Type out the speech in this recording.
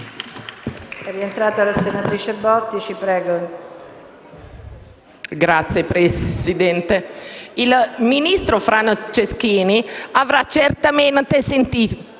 il ministro Franceschini avrà certamente sentito